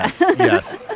yes